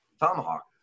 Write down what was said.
tomahawk